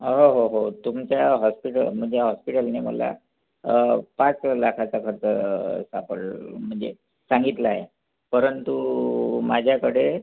हो हो हो तुमच्या हॉस्पिटल म्हणजे हॉस्पिटलने मला पाच लाखाचा खर्च सापडल म्हणजे सांगितला आहे परंतु माझ्याकडे